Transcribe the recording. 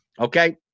Okay